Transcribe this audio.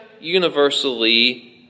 universally